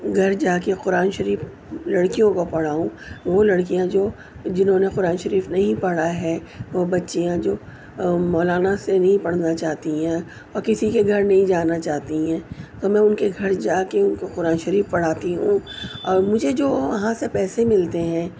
گھر جا کے قرآن شریف لڑکیوں کو پڑھاؤں وہ لڑکیاں جو جنہوں نے قرآن شریف نہیں پڑھا ہے وہ بچیاں جو مولانا سے نہیں پڑھنا چاہتی ہیں اور کسی کے گھر نہیں جانا چاہتی ہیں تو میں ان کے گھر جا کے ان کو قرآن شریف پڑھاتی ہوں اور مجھے جو وہاں سے پیسے ملتے ہیں